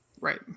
right